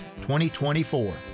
2024